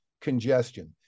congestion